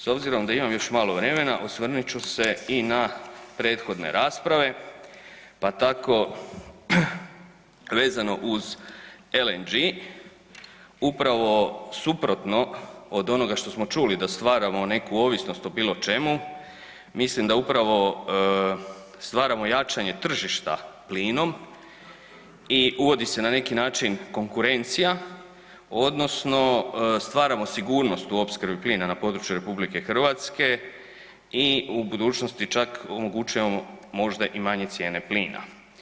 S obzirom da imam još malo vremena osvrnut ću se i na prethodne rasprave, pa tako vezano uz LNG upravo suprotno od onoga što smo čuli da stvaramo neku ovisnost o bilo čemu mislim da upravo stvaramo jačanje tržišta plinom i uvodi se na neki način konkurencija odnosno stvaramo sigurnost u opskrbi plina na području RH i u budućnosti čak omogućujemo možda i manje cijene plina.